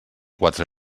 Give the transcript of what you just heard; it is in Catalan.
quatre